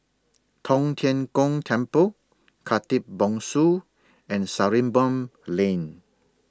Tong Tien Kung Temple Khatib Bongsu and Sarimbun Lane